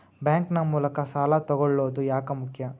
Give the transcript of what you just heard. Bank ನ ಮೂಲಕ ಸಾಲ ತಗೊಳ್ಳೋದು ಯಾಕ ಮುಖ್ಯ?